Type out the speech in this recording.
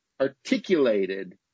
articulated